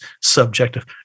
subjective